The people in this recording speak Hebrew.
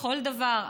בכל דבר.